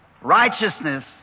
righteousness